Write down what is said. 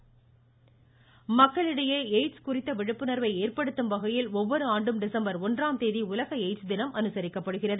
முதலமைச்சர் எய்ட்ஸ் தின செய்தி மக்களிடையே எய்ட்ஸ் குறித்த விழிப்புணர்வை ஏற்படுத்தும் வகையில் ஒவ்வொரு ஆண்டும் டிசம்பர் ஒன்றாம் தேதி உலக எய்ட்ஸ் தினம் அனுசரிக்கப்படுகிறது